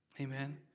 Amen